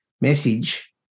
message